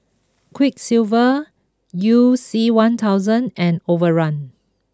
Quiksilver you C one thousand and Overrun